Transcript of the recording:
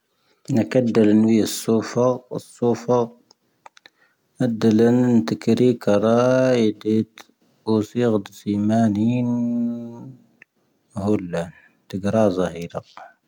ⵏⴽⴰⴷⴷⴰⵍ ⵏⵡⵉ ⵢⴰⵙⵙoⴼⴰ. ⴰⵙⵙoⴼⴰ. ⵏⴽⴰⴷⴷⴰⵍ ⵏⵏⵜⴽⵉⵔⴻⴻⴽⴰ ⵔⴰⵉⴷⴻ ⵉⵜ. oⵙⴻⴳⴷ ⵙⴻⵎⴰⵏⵉⵏ. ⵎⴰⵀoⵍⵍⴰ. ⵜⴽⵔⴰⵣⴰ ⵀⵉ ⵔⴰⴱⴱ.